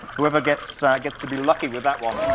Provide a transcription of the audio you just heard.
whoever gets ah gets to be lucky with that one.